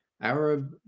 Arab